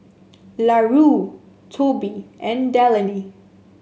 Larue Tobe and Delaney